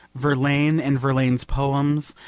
verlaine and verlaine's poems,